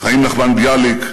חיים נחמן ביאליק,